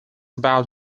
about